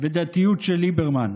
ודתיות של ליברמן,